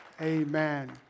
amen